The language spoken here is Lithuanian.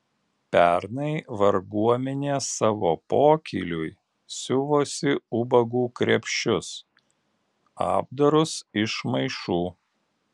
pernai varguomenė savo pokyliui siuvosi ubagų krepšius apdarus iš maišų